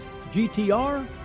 GTR